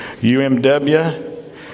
UMW